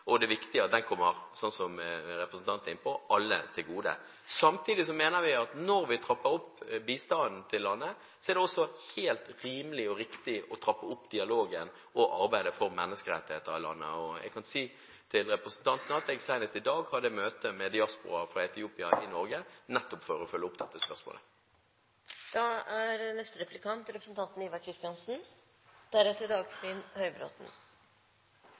Det er viktig at veksten kommer, sånn som representanten er inne på, alle til gode. Samtidig mener vi at når vi trapper opp bistanden til landet, er det helt rimelig og riktig å trappe opp dialogen og arbeidet for menneskerettigheter i landet. Jeg kan si til representanten at jeg senest i dag hadde møte med diasporaen fra Etiopia, i Norge, nettopp for å følge opp dette